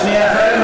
שנייה, שנייה.